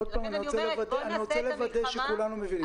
רוצה לוודא שכולנו מבינים.